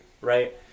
right